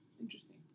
Interesting